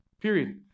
Period